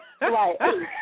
Right